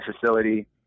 facility